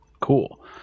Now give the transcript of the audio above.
cool